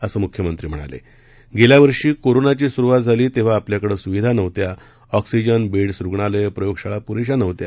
असं मुख्यमंत्री म्हणाल उच्खा वर्षी कोरोनाची सुरुवात झाली तद्वी आपल्याकडऱ्विविधा नव्हत्या ऑक्सिजन बद्द्स रुग्णालयं प्रयोगशाळा पुरधी नव्हत्या